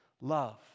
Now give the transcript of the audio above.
love